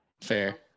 fair